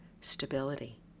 stability